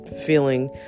feeling